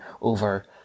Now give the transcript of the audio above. over